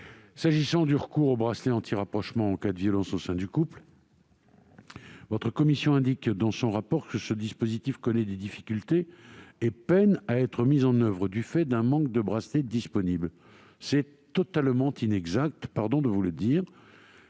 concerne le recours au bracelet anti-rapprochement en cas de violences au sein du couple, votre commission indique, dans son rapport, que ce dispositif connaît des difficultés et peine à être mis en oeuvre du fait d'un manque de bracelets disponibles. C'est totalement inexact ! Il est vrai